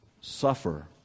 suffer